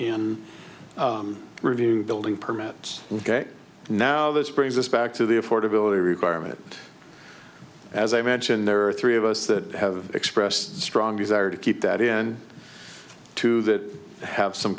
and review building permits and now this brings us back to the affordability requirement as i mentioned there are three of us that have expressed strong desire to keep that in two that have some